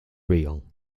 real